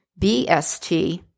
BST